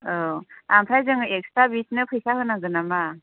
औ ओमफ्राय जोङो एक्सट्रा बिसोरनो फैसा होनांगोन नामा